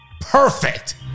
Perfect